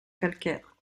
calcaire